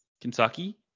kentucky